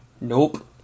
Nope